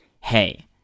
hey